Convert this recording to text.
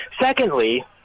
Secondly